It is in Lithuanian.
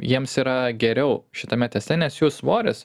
jiems yra geriau šitame teste nes jų svoris